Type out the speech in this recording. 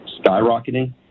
skyrocketing